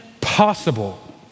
possible